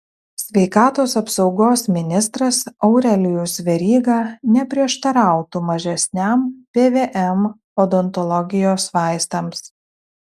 sveikatos apsaugos ministras aurelijus veryga neprieštarautų mažesniam pvm odontologijos vaistams